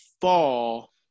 fall